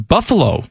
Buffalo